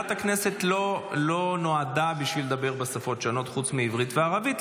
מליאת הכנסת לא נועדה בשביל לדבר בשפות שונות חוץ מעברית וערבית,